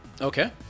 Okay